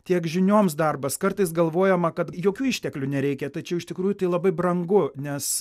tiek žinioms darbas kartais galvojama kad jokių išteklių nereikia tačiau iš tikrųjų tai labai brangu nes